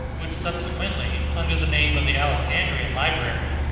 which subsequently, under the name of the alexandrian library,